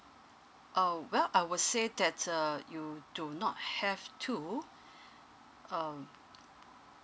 oh well I would say that uh you do not have to um